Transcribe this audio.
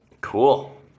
Cool